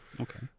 Okay